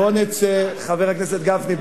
חבר הכנסת גפני,